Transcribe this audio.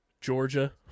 Georgia